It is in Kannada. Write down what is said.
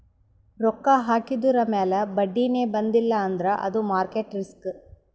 ರೊಕ್ಕಾ ಹಾಕಿದುರ್ ಮ್ಯಾಲ ಬಡ್ಡಿನೇ ಬಂದಿಲ್ಲ ಅಂದ್ರ ಅದು ಮಾರ್ಕೆಟ್ ರಿಸ್ಕ್